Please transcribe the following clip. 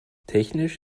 technisch